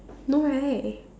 no right